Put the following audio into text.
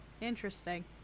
interesting